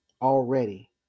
already